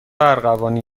ارغوانی